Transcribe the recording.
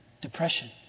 depression